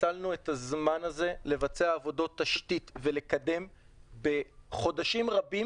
ניצלנו את הזמן הזה לבצע עבודות תשתית ולקדם בחודשים רבים